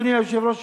אדוני היושב-ראש,